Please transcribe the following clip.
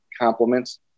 compliments